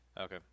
Okay